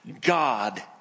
God